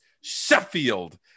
Sheffield